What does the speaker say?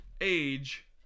Age